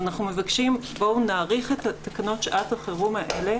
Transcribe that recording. אנחנו מבקשים להאריך את תקנות שעת החירום האלה